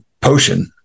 potion